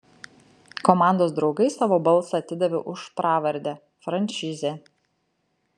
komandos draugai savo balsą atidavė už pravardę frančizė